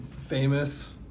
Famous